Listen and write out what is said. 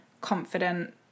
confident